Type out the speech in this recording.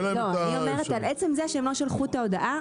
אני אומרת שעל עצם זה שהם לא שלחו את ההודעה,